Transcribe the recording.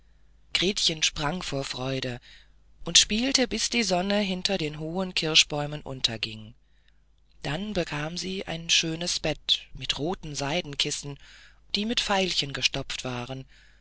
gretchen sprang vor freude und spielte bis die sonne hinter den hohen kirschbäumen unterging dann bekam sie ein schönes bett mit roten seidenkissen die mit veilchen gestopft waren